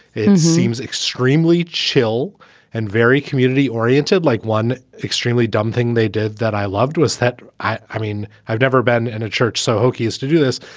it seems extremely chill and very community oriented, like one extremely dumb thing they did that i loved was that. i mean, i've never been in a church, so hokey has to do this.